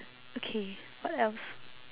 okay what else